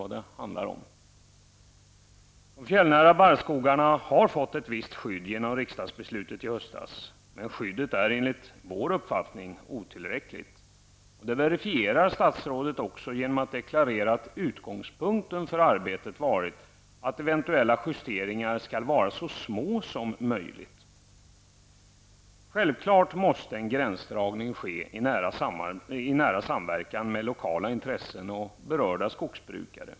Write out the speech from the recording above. De fjällnära barrskogarna har fått ett visst skydd genom riksdagsbeslutet i höstas, men skyddet är enligt vår uppfattning otillräckligt. Det verifierar statsrådet genom att deklarera att utgångspunkten för arbetet varit att eventuella justeringar skall vara så små som möjligt. Självklart måste en gränsdragning ske i nära samverkan mellan lokala intressen och berörda skogsbrukare.